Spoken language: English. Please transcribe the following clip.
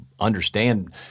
understand